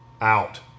Out